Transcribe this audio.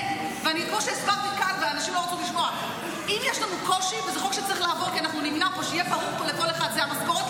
מנדטים יהיה כוח או לשבעה מנדטים יהיה כוח.